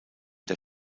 der